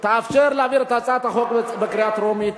תאפשר להעביר את הצעת החוק בקריאה טרומית,